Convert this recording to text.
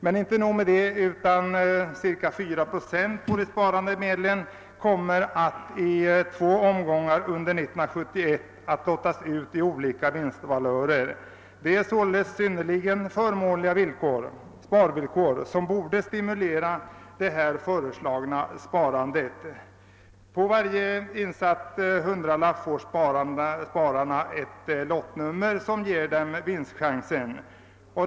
Men inte nog med detta utan ca 4 procent ; på de: sparade medlen kommer att i två omgångar under 1971 lottas ut i; olika ' vinstvalörer. Det är således synnerligen förmånliga sparvillkor, som borde stimulera det här föreslagna sparandet. ; På: varje insatt hundralapp får spararna ett lottnummer som ger dem vinstchansen.